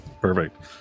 perfect